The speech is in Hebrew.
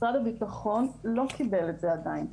משרד הביטחון לא קיבל את זה עדיין.